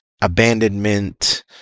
abandonment